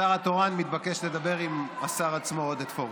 השר התורן מתבקש לדבר עם השר עצמו, עודד פורר.